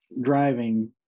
driving